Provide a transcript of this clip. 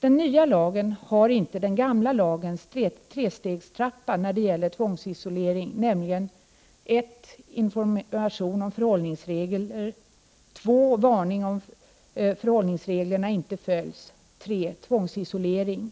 Den nya lagen har inte den gamla lagens trestegstrappa när det gäller tvångsisolering, nämligen 1. information om förhållningsregler, 2. varning om förhållningsreglerna inte följs och 3. tvångsisolering.